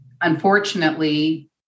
unfortunately